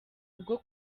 ubwo